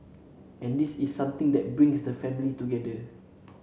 and this is something that brings the families together